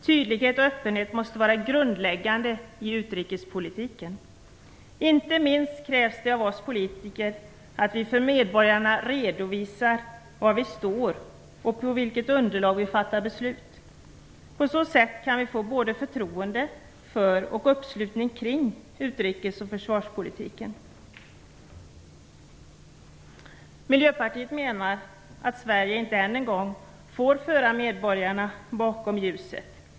Tydlighet och öppenhet måste vara grundläggande i utrikespolitiken. Inte minst krävs det av oss politiker att vi för medborgarna redovisar var vi står och på vilket underlag vi fattar beslut. På så sätt kan vi få både förtroende för och uppslutning kring utrikes och försvarspolitiken. Miljöpartiet menar att Sverige inte än en gång får föra medborgarna bakom ljuset.